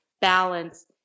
balance